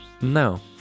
No